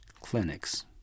clinics